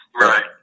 Right